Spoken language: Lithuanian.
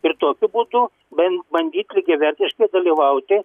ir tokiu būdu bent bandyt lygiavertiškai dalyvauti